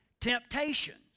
temptations